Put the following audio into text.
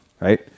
right